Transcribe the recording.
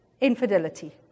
infidelity